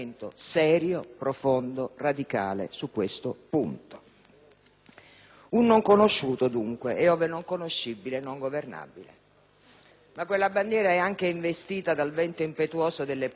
Un non conosciuto, quindi, e ove non conoscibile non governabile. Quella bandiera, però, è anche investita dal vento impetuoso delle politiche centralistiche del suo Governo, presidente Berlusconi.